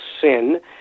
Sin